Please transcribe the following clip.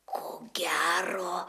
ko gero